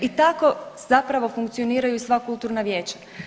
I tako zapravo funkcioniraju i sva kulturna vijeća.